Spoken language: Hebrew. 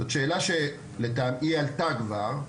זאת שאלה שלטעמי עלתה כבר בעבר.